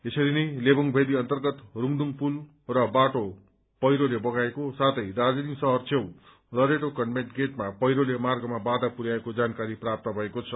यसरी नै लेबोङ भेल्ली अन्तर्गत रूंगदुंग पुल र बाटो पहिरोले बगाएको साथै दार्जीलिङ शहर छेउ लरेटो कन्भेन्ट गेठमा पहिरोले मार्गमा बाधा पुरयाएको जानकारी प्राप्त भएको छ